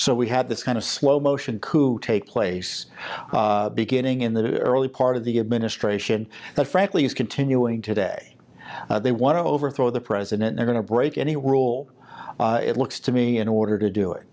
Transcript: so we had this kind of slow motion coup take place beginning in the early part of the administration that frankly is continuing today they want to overthrow the president they're going to break any rule it looks to me in order to do it